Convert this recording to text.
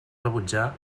rebutjar